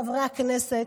חברי הכנסת,